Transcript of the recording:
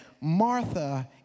Martha